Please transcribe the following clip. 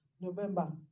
November